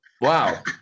Wow